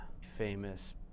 famous